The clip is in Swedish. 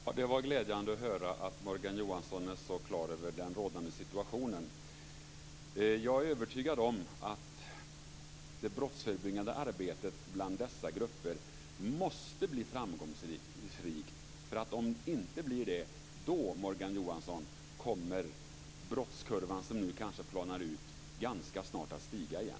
Fru talman! Det var glädjande att höra att Morgan Johansson är så på det klara med den rådande situationen. Jag är övertygad om att det brottsförebyggande arbetet bland dessa grupper måste bli framgångsrikt. Om det inte blir det kommer nämligen brottskurvan som nu kanske planar ut ganska snart att stiga igen,